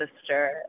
sister